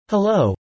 Hello